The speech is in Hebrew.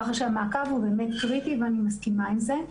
המעקב הוא באמת קריטי ואני מסכימה עם זה.